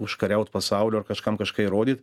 užkariaut pasaulio ar kažkam kažką įrodyt